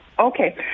Okay